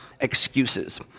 excuses